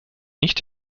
nicht